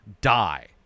die